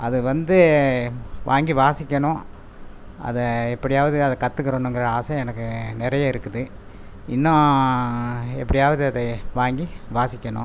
அது வந்து வாங்கி வாசிக்கணும் அதை எப்படியாவது அது கற்றுக்குறனுங்குற ஆசை எனக்கு நிறைய இருக்குது இன்னும் எப்படியாவது அதை வாங்கி வாசிக்கணும்